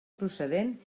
procedent